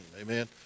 amen